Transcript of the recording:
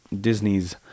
Disney's